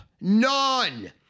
None